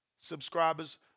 subscribers